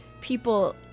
people